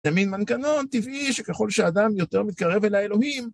זה מין מנגנון, טבעי, שככל שאדם יותר מתקרב אל האלוהים...